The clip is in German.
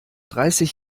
dreißig